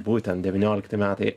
būtent devyniolikti metai